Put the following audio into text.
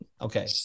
Okay